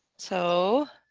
so